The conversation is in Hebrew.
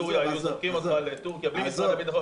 מסוריה היו זורקים אותך לטורקיה בלי משרד הביטחון.